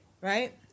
right